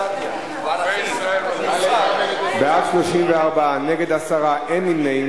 בעד, 34, נגד, 10, אין נמנעים.